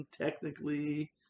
technically